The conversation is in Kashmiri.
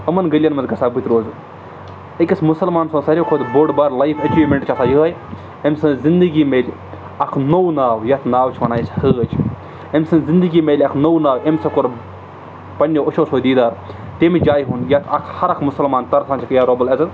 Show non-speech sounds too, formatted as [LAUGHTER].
یِمَن گٔلیَن منٛز گژھان بہٕ تہِ روزُن أکِس مُسلمان سُنٛد ساروی کھۄتہٕ بوٚڈ بار لایِف ایٚچیٖومٮ۪نٛٹ چھِ آسان یِہوٚے أمۍ سٕنٛز زِندگی مِلہِ اَکھ نوٚو ناو یَتھ ناو چھِ وَنان أسۍ حٲج أمۍ سٕنٛز زِندگی میلہِ اَکھ نوٚو ناو أمۍ سا کوٚر پنٛنیو أچھَو سۭتۍ دیٖدار تَمہِ جایہِ ہُنٛد یَتھ اَکھ ہَر اَکھ مُسلمان [UNINTELLIGIBLE] رۄب العزت